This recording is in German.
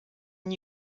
new